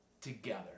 together